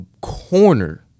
corner